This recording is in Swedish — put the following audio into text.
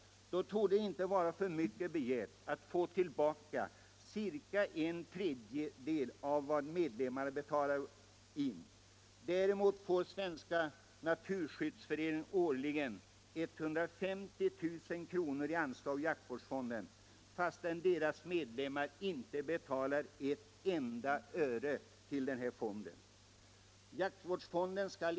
Då torde det inte vara för mycket begärt att man skall få tillbaka ca en tredjedel av vad medlemmarna betalar in. Däremot får Svenska naturskyddsföreningen årligen 150 000 kr. i anslag ur jaktvårdsfonden, fastän föreningens medlemmar inte betalar ett enda öre till den här fonden.